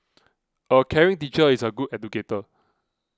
a caring teacher is a good educator